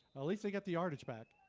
at least they got the artist back,